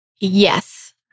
Yes